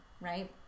right